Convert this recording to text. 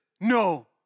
no